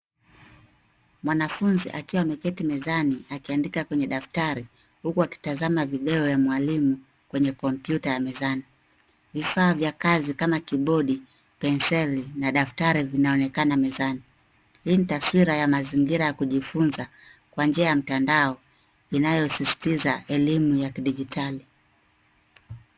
Mwanafunzi akiwa ameketi mezani akiandika kwenye daftari huku akitazama video ya mwalimu kwenye kompyuta ya mezani. Vifaa vya kazi kama kibodi penseli na daktari, vinaonekana mezani. Hii ni mazingira ya taswira ya kujifunza kwa njia ya mtandao inayosisitiza elimu ya kidijitali.